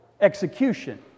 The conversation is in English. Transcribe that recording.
execution